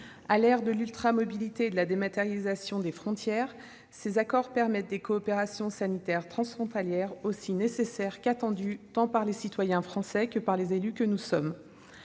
À l'ère de l'ultramobilité et de la dématérialisation des frontières, ces accords permettent des coopérations sanitaires transfrontalières aussi nécessaires qu'attendues, tant par les citoyens français que par les élus. Je rappelle